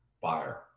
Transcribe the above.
buyer